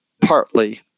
partly